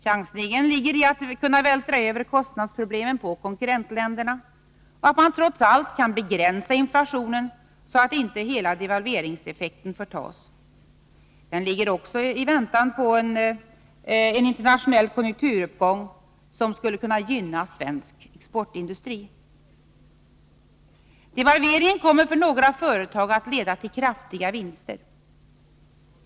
Chansningen ligger i att kunna vältra över kostnadsproblemen på konkurrentländerna och att man trots allt kan begränsa inflationen, så att inte hela devalveringseffekten förtas. Den ligger också i väntan på en internationell konjunkturuppgång, som skulle kunna gynna svensk exportindustri. Devalveringen kommer för några företag att leda till kraftiga vinster.